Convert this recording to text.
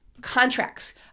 Contracts